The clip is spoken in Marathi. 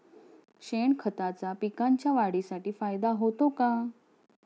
शेणखताचा पिकांच्या वाढीसाठी फायदा होतो का?